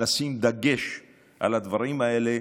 נשים דגש על הדברים האלה,